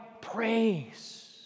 praise